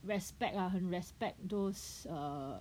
respect ah 很 respect those err